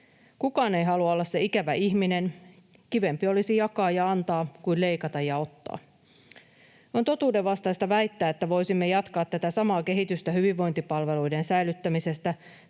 Kukaan ei halua olla se ikävä ihminen, kivempi olisi jakaa ja antaa kuin leikata ja ottaa. On totuudenvastaista väittää, että voisimme jatkaa tätä samaa kehitystä hyvinvointipalveluiden säilyttämisestä